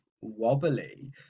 wobbly